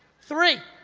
three.